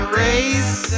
race